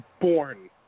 born